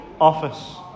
office